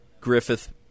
Griffith